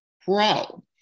Pro